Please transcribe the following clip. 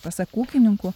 pasak ūkininkų